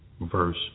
verse